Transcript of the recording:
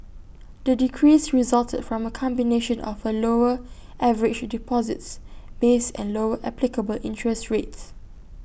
the decrease resulted from A combination of A lower average deposits base and lower applicable interest rates